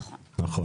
נכון.